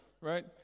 right